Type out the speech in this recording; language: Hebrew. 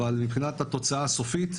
אבל מבחינת התוצאה הסופית,